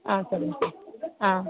ஆ சரிங்க சார் ஆ